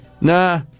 Nah